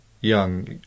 young